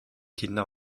kinder